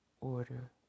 order